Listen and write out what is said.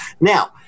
Now